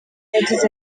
yagize